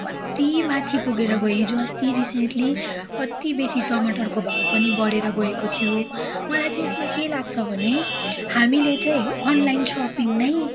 कत्ति माथि पुगेर गयो हिजोअस्ति रिसेन्ट्ली कत्ति बेसी टमाटरको भाउ पनि बढेर गएको थियो मलाई चाहिँ यसमा के लाग्छ भने हामीले चाहिँ अनलाइन सपिङ नै